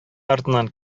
артыннан